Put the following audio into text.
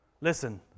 Listen